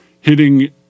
hitting